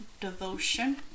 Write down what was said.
devotion